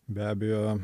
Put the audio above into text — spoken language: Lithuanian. be abejo